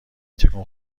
تکون